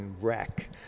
wreck